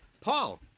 Paul